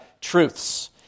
truths